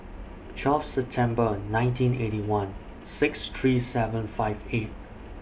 twelve September nineteen Eighty One six three seven five eight